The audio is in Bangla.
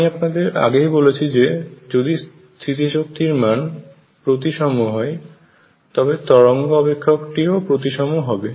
আমি আপনাদের আগেই বলেছি যে যদি স্থিতিশক্তি র মান প্রতিসম হয় তবে তরঙ্গ অপেক্ষকটি ও প্রতিসম হবে